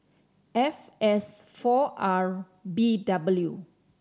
F S four R B W